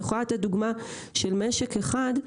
אני יכולה לתת דוגמא של משק אחד,